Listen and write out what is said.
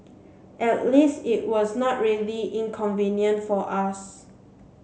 at least it was not really inconvenient for us